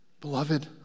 Beloved